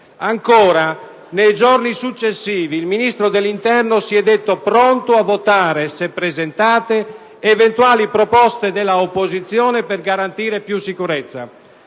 Ancora, nei giorni successivi il Ministro dell'interno si è detto pronto a votare, se presentate, eventuali proposte dell'opposizione per garantire più sicurezza.